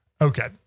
Okay